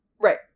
Right